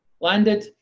landed